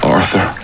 Arthur